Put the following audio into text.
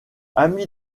ami